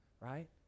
right